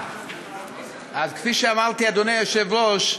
אז כפי שאמרתי, אדוני היושב-ראש,